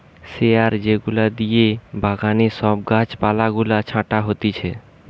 শিয়ার যেগুলা দিয়ে বাগানে সব গাছ পালা গুলা ছাটা হতিছে